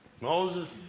Moses